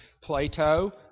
Plato